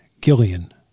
Gillian